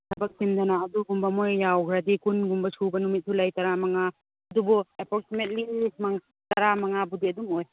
ꯊꯕꯛ ꯆꯤꯟꯗꯅ ꯑꯗꯨꯒꯨꯝꯕ ꯃꯣꯏ ꯌꯥꯎꯈ꯭ꯔꯗꯤ ꯀꯨꯟꯒꯨꯝꯕ ꯁꯨꯕ ꯅꯨꯃꯤꯠꯁꯨ ꯂꯩ ꯇꯔꯥꯃꯉꯥ ꯑꯗꯨꯕꯨ ꯑꯦꯄ꯭ꯔꯣꯛꯁꯤꯃꯦꯠꯂꯤ ꯇꯔꯥꯃꯉꯥꯕꯨꯗꯤ ꯑꯗꯨꯝ ꯑꯣꯏ